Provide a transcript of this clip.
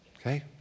Okay